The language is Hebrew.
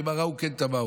המה ראו כן תמהו".